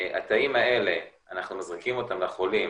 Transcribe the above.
התאים האלה, אנחנו מזריקים אותם לחולים